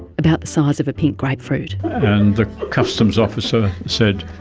about the size of a pink grapefruit. and the customs officer said,